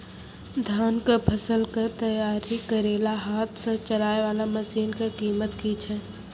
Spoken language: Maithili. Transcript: धान कऽ फसल कऽ तैयारी करेला हाथ सऽ चलाय वाला मसीन कऽ कीमत की छै?